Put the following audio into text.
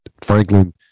Franklin